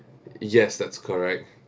yes that's correct